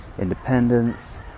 independence